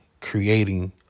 creating